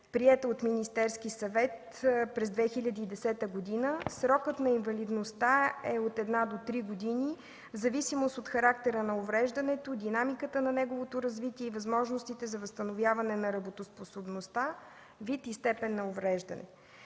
приета от Министерския съвет през 2010 г., срокът на инвалидността е от 1 до 3 години, в зависимост от характера на увреждането, динамиката на неговото развитие и възможностите за възстановяване на работоспособността, вид и степен на увреждане.